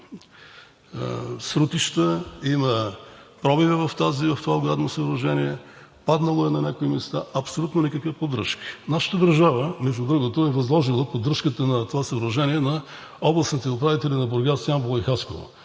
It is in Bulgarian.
срутища, има пробиви в това оградно съоръжение, паднало е на някои места. Абсолютно никаква поддръжка! Нашата държава, между другото, е възложила поддръжката на това съоръжение на областните управители на Бургас, Ямбол и Хасково.